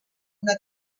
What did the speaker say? una